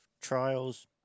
trials